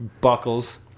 Buckles